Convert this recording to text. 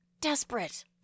Desperate